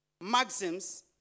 maxims